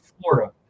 Florida